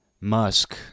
Musk